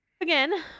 Again